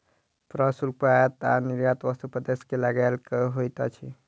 प्रशुल्क कर आयात आ निर्यात वस्तु पर देश के लगायल कर होइत अछि